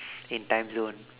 in timezone